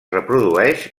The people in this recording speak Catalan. reprodueix